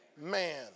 Man